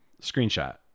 Screenshot